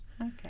Okay